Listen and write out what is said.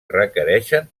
requereixen